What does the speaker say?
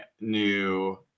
new